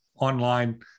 online